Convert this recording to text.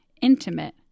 intimate